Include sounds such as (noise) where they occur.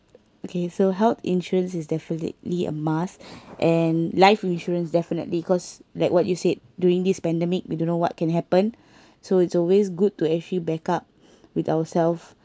okay so health insurance is definitely a must and life insurance definitely cause like what you said during this pandemic we don't know what can happen (breath) so it's always good to actually backup with ourself